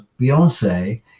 Beyonce